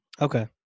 Okay